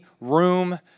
room